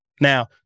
Now